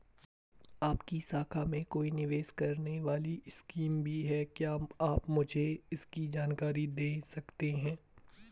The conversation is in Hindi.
आपकी शाखा में कोई निवेश करने वाली स्कीम भी है क्या आप मुझे इसकी जानकारी दें सकते हैं?